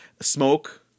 Smoke